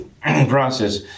process